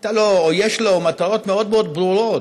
יש לו מטרות מאוד מאוד ברורות: